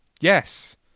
yes